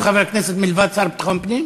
אין אף חבר כנסת מלבד השר לביטחון הפנים?